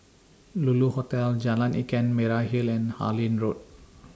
Lulu Hotel Jalan Ikan Merah Hill and Harlyn Road